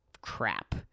crap